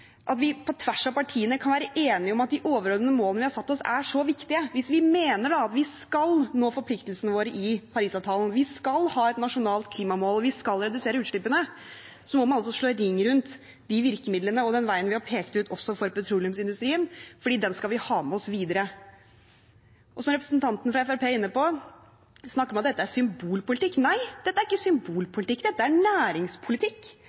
at vi på tvers av partiene kan være enige om at de overordnede målene vi har satt oss, er så viktige – hvis vi mener at vi skal nå forpliktelsene våre i Parisavtalen, at vi skal ha et nasjonalt klimamål, at vi skal redusere utslippene – må man slå ring rundt de virkemidlene og den veien vi har pekt ut også for petroleumsindustrien, fordi den skal vi ha med oss videre. Representanten fra Fremskrittspartiet snakker om at dette er symbolpolitikk. Nei, dette er ikke symbolpolitikk. Dette er næringspolitikk.